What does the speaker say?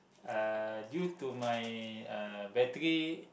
uh due to my uh battery